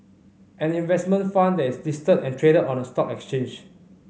an investment fund that is listed and traded on a stock exchange